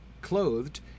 clothed